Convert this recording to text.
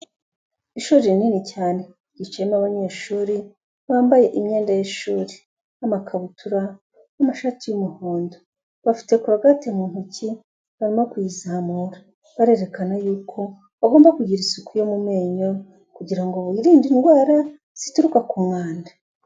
Ishuri rinini cyane ryicayemo abanyeshuri bambaye imyenda y'ishuri, nk'amakabutura n'amashati y'umuhondo, bafite korogati mu ntoki barimo kuyizamura, barerekana yuko bagomba kugira isuku yo mu menyo kugira ngo birinde indwara zituruka ku mwanda.